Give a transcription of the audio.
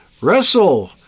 Wrestle